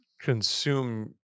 consume